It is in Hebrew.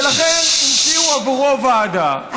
ולכן המציאו עבורו ועדה.